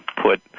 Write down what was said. put